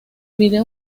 vídeo